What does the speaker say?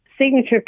signature